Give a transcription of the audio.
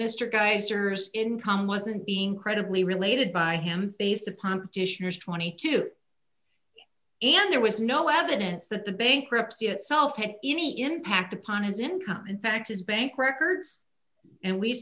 mr geysers income wasn't being credibly related by him based upon petitioners twenty two and there was no evidence that the bankruptcy itself had any impact upon his income in fact his bank records and we